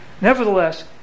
Nevertheless